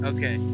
Okay